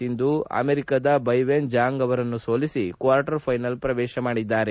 ಸಿಂಧು ಅಮೆರಿಕದ Beiwen Zhang ಅವರನ್ನು ಸೋಲಿಸಿ ಕ್ವಾರ್ಟರ್ ಫೈನಲ್ಸ್ ಪ್ರವೇಶಿಸಿದ್ದಾರೆ